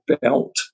belt